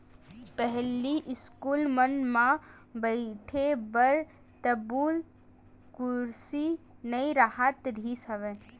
पहिली इस्कूल मन म बइठे बर टेबुल कुरसी नइ राहत रिहिस हवय